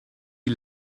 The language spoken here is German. die